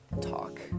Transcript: talk